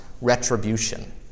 retribution